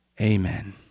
Amen